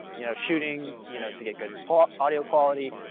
you know shooting, you know to get good ah audio quality,